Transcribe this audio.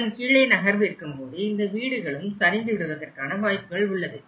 அதன் கீழே நகர்வு இருக்கும் போது இந்த வீடுகளும் சரிந்துவிடுவதற்கான வாய்ப்புகள் உள்ளது